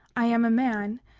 i am a man,